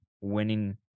winning